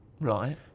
Right